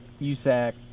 USAC